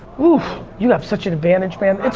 ooh, you have such an advantage, man.